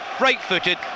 right-footed